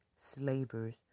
slavers